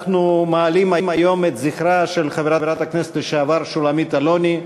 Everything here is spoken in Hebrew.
אנחנו מעלים היום את זכרה של חברת הכנסת לשעבר שולמית אלוני,